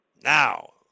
Now